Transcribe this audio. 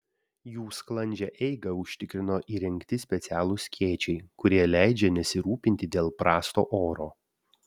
jų sklandžią eigą užtikrino įrengti specialūs skėčiai kurie leidžia nesirūpinti dėl prasto oro